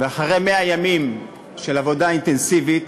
ואחרי 100 ימים של עבודה אינטנסיבית